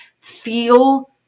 feel